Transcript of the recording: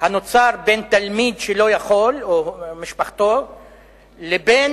שנוצר בין תלמיד שלא יכול או משפחתו לבין